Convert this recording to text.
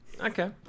okay